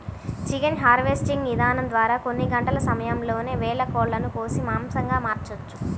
chicken harvesting ఇదానం ద్వారా కొన్ని గంటల సమయంలోనే వేల కోళ్ళను కోసి మాంసంగా మార్చొచ్చు